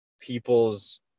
people's